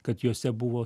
kad jose buvo